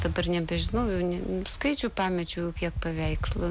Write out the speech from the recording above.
dabar nebežinau jau net skaičių pamečiau kiek paveikslų